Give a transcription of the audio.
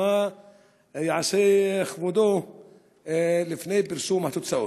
מה יעשה כבודו לפני פרסום התוצאות?